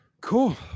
cool